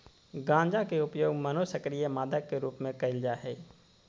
गंजा के उपयोग मनोसक्रिय मादक के रूप में कयल जा हइ